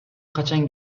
качан